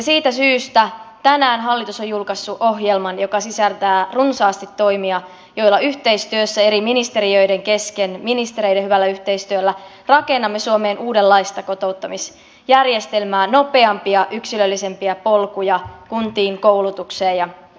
siitä syystä tänään hallitus on julkaissut ohjelman joka sisältää runsaasti toimia joilla yhteistyössä eri ministeriöiden kesken ministereiden hyvällä yhteistyöllä rakennamme suomeen uudenlaista kotouttamisjärjestelmää nopeampia yksilöllisempiä polkuja kuntiin koulutukseen ja työelämään